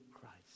Christ